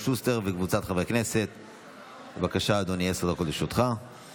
(תיקון, השוואת זכויות אלמן ואלמנה),